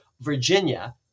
Virginia